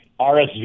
RSV